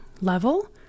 level